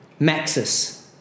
Maxis